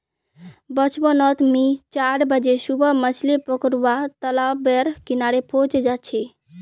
बचपन नोत मि चार बजे सुबह मछली पकरुवा तालाब बेर किनारे पहुचे जा छी